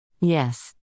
Yes